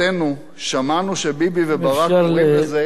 שמענו שביבי וברק קוראים לזה, אם אפשר לקצר.